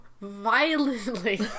violently